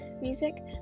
music